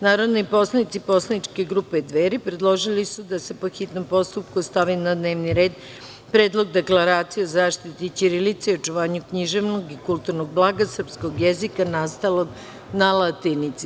Narodni poslanici poslaničke grupe Dveri predložili su da se po hitnom postupku stavi na dnevni red Predlog deklaracije o zaštiti ćirilice i očuvanju književnog i kulturnog blaga srpskog jezika nastalog na latinici.